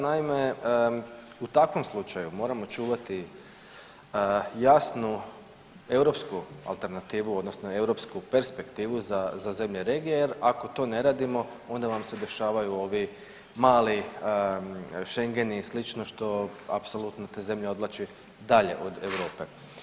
Naime, u takvom slučaju moramo čuvati jasnu europsku alternativu odnosno europsku perspektivu za zemlje regije jel ako to ne radimo onda vam se dešavaju ovi mali šengeni i sl. što apsolutno te zemlje odvlači dalje od Europe.